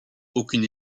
aucune